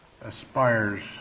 aspires